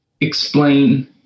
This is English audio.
explain